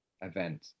event